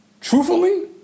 truthfully